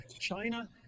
China